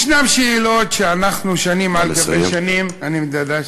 יש שאלות שאנחנו שנים על שנים, נא לסיים.